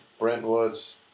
Brentwoods